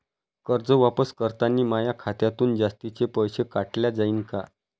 कर्ज वापस करतांनी माया खात्यातून जास्तीचे पैसे काटल्या जाईन का?